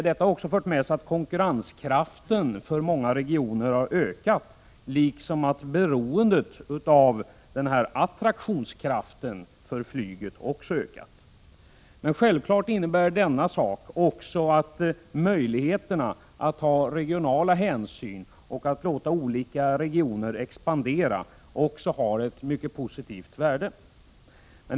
Det har fört med sig att konkurrenskraften för många regioner har ökat liksom att beroendet av attraktionskraften för flyget också har ökat. Självfallet innebär detta att möjligheterna att ta regionala hänsyn och att låta olika regioner expandera har ett positivt värde.